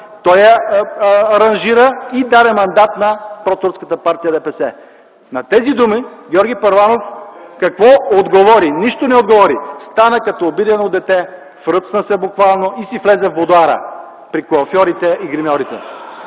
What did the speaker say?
той я аранжира и даде мандат на протурската партия ДПС. На тези думи Георги Първанов какво отговори? Нищо не отговори! Стана като обидено дете, фръцна се буквално и си влезе в будоара, при коафьорите и гримьорите.